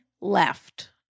left